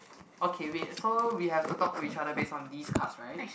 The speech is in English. okay wait so we have to talk to each other base on these cards right